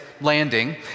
Landing